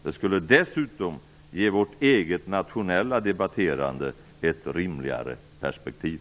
Det skulle dessutom ge vårt eget nationella debatterande ett rimligare perspektiv.